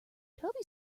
toby